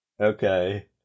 Okay